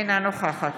אינה נוכחת